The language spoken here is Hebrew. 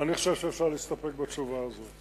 אני חושב שאפשר להסתפק בתשובה הזאת.